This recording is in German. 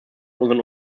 unseren